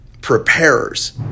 preparers